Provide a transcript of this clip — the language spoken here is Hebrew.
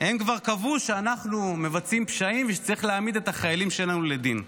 הם כבר קבעו שאנחנו מבצעים פשעים ושצריך להעמיד את החיילים שלנו לדין.